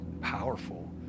powerful